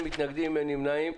אין מתנגדים, אין נמנעים.